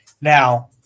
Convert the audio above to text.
Now